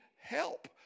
help